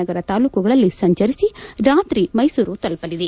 ನಗರ ತಾಲ್ಲೂಕುಗಳಲ್ಲ ಸಂಚರಿಸಿ ರಾತ್ರಿ ಮೈಸೂರು ತಲುಪಅದೆ